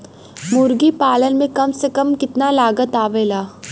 मुर्गी पालन में कम से कम कितना लागत आवेला?